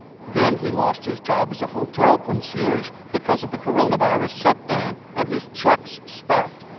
then he lost his job as a hotel concierge because of the coronavirus shut down, and his checks stopped.